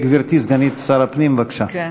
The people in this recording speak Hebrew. גברתי סגנית שר הפנים, בבקשה.